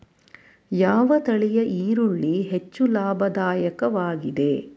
ಯಾವ ತಳಿಯ ಈರುಳ್ಳಿ ಹೆಚ್ಚು ಲಾಭದಾಯಕವಾಗಿದೆ?